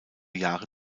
jahre